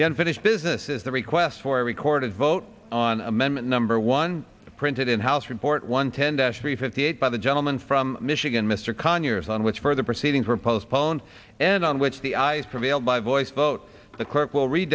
the unfinished business is the request for a recorded vote on amendment number one printed in house report one tended to be fifty eight by the gentleman from michigan mr conyers on which further proceedings were postponed and on which the eyes prevailed by voice vote the clerk will read